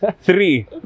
Three